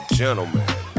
gentlemen